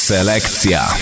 Selekcja